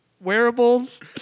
wearables